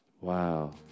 Wow